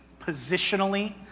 positionally